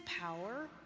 power